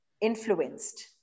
influenced